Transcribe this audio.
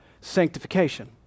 sanctification